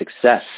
success